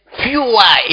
fewer